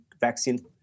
vaccine